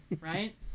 Right